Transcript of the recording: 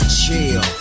chill